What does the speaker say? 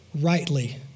rightly